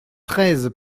treize